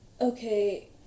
Okay